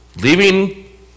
leaving